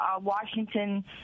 Washington